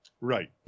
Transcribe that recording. Right